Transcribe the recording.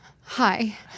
hi